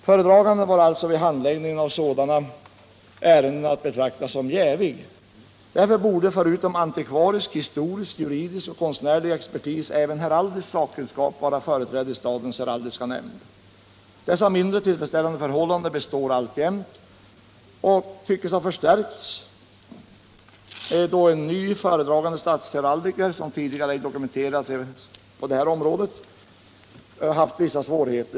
Föredraganden var alltså vid handläggningen av sådana ärenden att betrakta som jävig. Därför borde förutom antikvarisk, historisk, juridisk och konstnärlig expertis även heraldisk sakkunskap vara företrädd i statens heraldiska nämnd. Dessa mindre tillfredsställande förhållanden består alltjämt och tycks ha förstärkts, då en ny föredragande statsheraldiker, som tidigare ej dokumenterat sig som sakkunnig på det heraldiska området, haft vissa svårigheter.